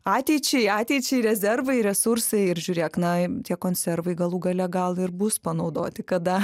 ateičiai ateičiai rezervai resursai ir žiūrėk na tie konservai galų gale gal ir bus panaudoti kada